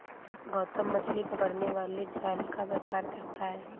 गौतम मछली पकड़ने वाले जाल का व्यापार करता है